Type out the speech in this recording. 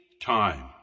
time